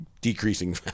decreasing